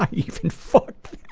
ah even fucked